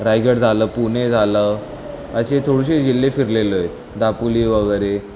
रायगड झालं पुने झालं असे थोडुसे जिल्हे फिरलेलो आहे दापोली वगैरे